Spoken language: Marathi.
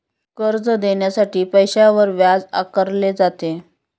कर्ज देण्यासाठी पैशावर व्याज आकारले जाते